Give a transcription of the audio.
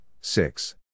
six